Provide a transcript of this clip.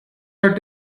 are